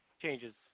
changes